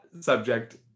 subject